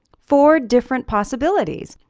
four different possibilities.